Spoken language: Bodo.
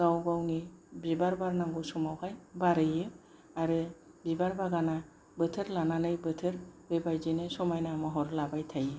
गाव गावनि बिबार बारनांगौ समावहाय बारहैयो आरो बिबार बागाना बोथोर लानानै बोथोर बेबायदिनो समायना महर लाबाय थायो